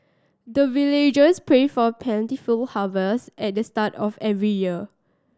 the villagers pray for plentiful harvest at the start of every year